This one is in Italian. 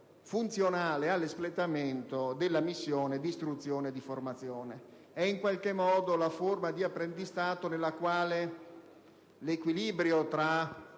funzionale all'espletamento della missione di istruzione e di formazione (in qualche modo, è la forma di apprendistato nella quale l'equilibrio tra